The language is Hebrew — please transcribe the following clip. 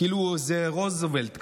כאילו זה רוזוולט כזה.